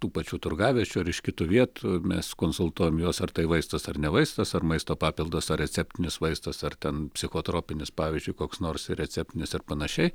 tų pačių turgaviečių ar iš kitų vietų mes konsultuojam juos ar tai vaistas ar ne vaistas ar maisto papildas ar receptinis vaistas ar ten psichotropinis pavyzdžiui koks nors receptinis ir panašiai